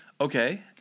Okay